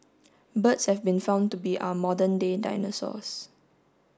birds have been found to be our modern day dinosaurs